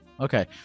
Okay